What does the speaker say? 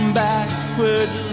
backwards